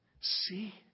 See